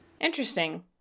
Interesting